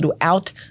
throughout